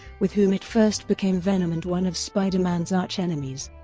with whom it first became venom and one of spider-man's archenemies.